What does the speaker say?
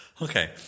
Okay